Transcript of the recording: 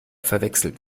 verwechselt